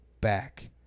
back